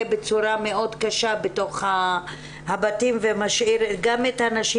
בצורה מאוד קשה בתוך הבתים ומשאיר גם את הנשים